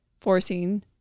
forcing